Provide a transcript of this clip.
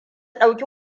ɗauki